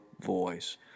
voice